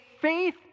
faith